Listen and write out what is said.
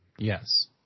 Yes